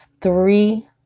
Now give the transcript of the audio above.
three